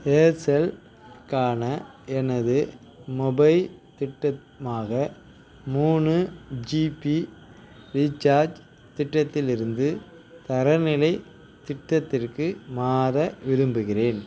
ஏர்செல்க்கான எனது மொபைல் திட்டமாக மூணு ஜிபி ரீசார்ஜ் திட்டத்திலிருந்து தரநிலை திட்டத்திற்கு மாற விரும்புகிறேன்